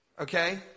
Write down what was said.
Okay